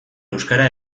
euskara